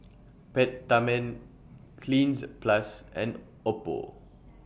Peptamen Cleanz Plus and Oppo